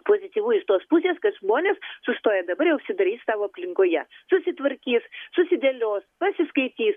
pozityvu iš tos pusės kad žmonės sustoję dabar jau užsidarys savo aplinkoje susitvarkys susidėlios pasiskaitys